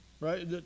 Right